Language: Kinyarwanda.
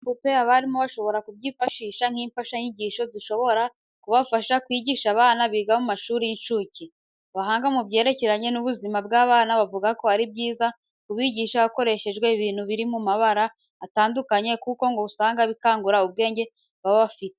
Ibipupe abarimu bashobora kubyifashisha nk'imfashanyigisho zishobora kubafasha kwigisha abana biga mu mahuri y'incuke. Abahanga mu byerekeranye n'ubuzima bw'abana bavuga ko ari byiza kubigisha hakoreshejwe ibintu biri mu mabara atandukanye kuko ngo usanga bikangura ubwenge baba bafite.